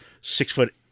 six-foot